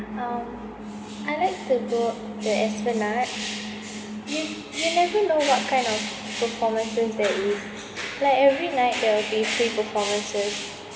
um I like to go the esplanade you you never know what kind of performances that you like every night there will be free performances